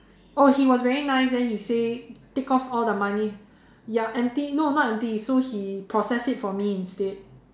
oh he was very nice then he say take off all the money ya empty no not empty so he process it for me instead